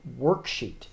worksheet